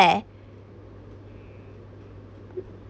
eh